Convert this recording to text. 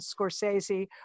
Scorsese